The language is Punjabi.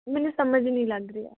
ਮੈਨੂੰ ਸਮਝ ਨਹੀਂ ਲੱਗ ਰਹੀ ਹੈ